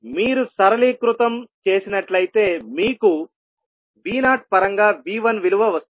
మీరు సరళీకృతం చేసినట్లయితే మీకు V0 పరంగా V1 విలువ వస్తుంది